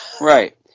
Right